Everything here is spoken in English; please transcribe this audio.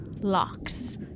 locks